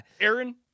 Aaron